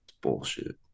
Bullshit